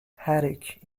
haddock